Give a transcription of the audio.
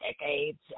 decades